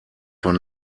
von